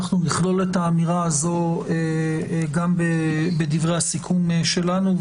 נכלול את האמירה הזאת גם בדברי הסיכום שלנו.